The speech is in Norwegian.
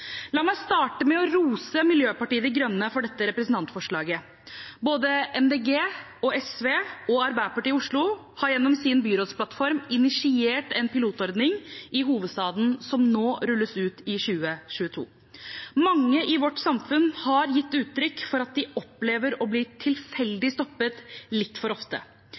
La meg starte med å rose Miljøpartiet de Grønne for dette representantforslaget. Både Miljøpartiet De Grønne, SV og Arbeiderpartiet i Oslo har gjennom sin byrådsplattform initiert en pilotordning i hovedstaden som rulles ut nå i 2022. Mange i vårt samfunn har gitt uttrykk for at de opplever å bli tilfeldig stoppet litt for ofte.